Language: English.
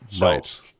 Right